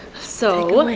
so,